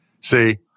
See